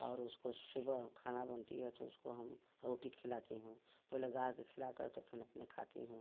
और उसको सुबह खाना बनती है तो उसको हम रोटी खिलाती हूँ पहले गाय को खिलाकर तब फिर अपनी खाती हूँ